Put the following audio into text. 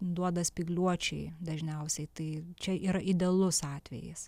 duoda spygliuočiai dažniausiai tai čia yra idealus atvejis